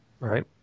Right